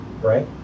Right